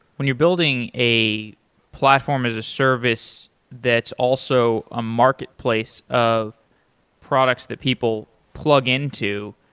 when you're building a platform as a service that's also a marketplace of products that people plug into,